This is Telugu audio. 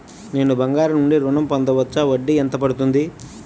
నేను బంగారం నుండి ఋణం పొందవచ్చా? వడ్డీ ఎంత పడుతుంది?